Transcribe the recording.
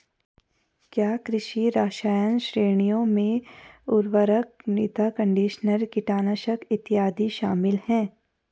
क्या कृषि रसायन श्रेणियों में उर्वरक, मृदा कंडीशनर, कीटनाशक इत्यादि शामिल हैं?